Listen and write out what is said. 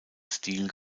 stil